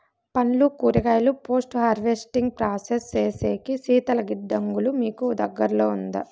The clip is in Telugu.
పండ్లు కూరగాయలు పోస్ట్ హార్వెస్టింగ్ ప్రాసెస్ సేసేకి శీతల గిడ్డంగులు మీకు దగ్గర్లో ఉందా?